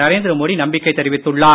நரேந்திர மோடி நம்பிக்கை தெரிவித்துள்ளார்